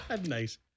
Nice